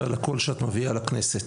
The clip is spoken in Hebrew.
ועל הקול שאת מביאה לכנסת.